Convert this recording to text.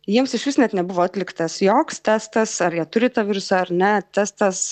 jiems išvis net nebuvo atliktas joks testas ar jie turi tą virusą ar ne testas